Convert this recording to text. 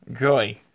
joy